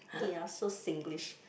kia so Singlish